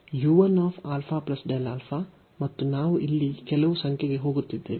u 1 α Δα ಮತ್ತು ನಾವು ಇಲ್ಲಿ ಕೆಲವು ಸಂಖ್ಯೆಗೆ ಹೋಗುತ್ತಿದ್ದೇವೆ